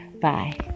Bye